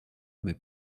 mes